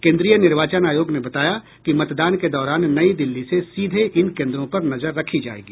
केंद्रीय निर्वाचन आयोग ने बताया कि मतदान के दौरान नई दिल्ली से सीधे इन केंद्रों पर नजर रखी जायेगी